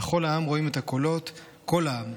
/ וכל העם ראים את הקולות / כל העם.